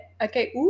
Okay